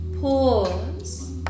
pause